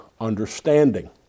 understanding